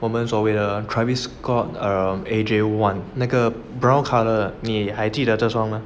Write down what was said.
我们所谓的 travis scott err a A_J one 那个 brown colour 你还记得这双